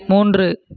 மூன்று